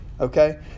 Okay